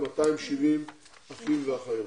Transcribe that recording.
270 אחים ואחיות.